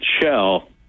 shell